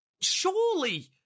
Surely